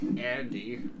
Andy